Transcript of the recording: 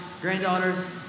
granddaughters